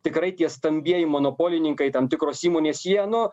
tikrai tie stambieji monopolininkai tam tikros įmonės jie nu